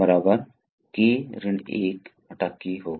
तो आम तौर पर यह है की यह वाल्व की स्थिति है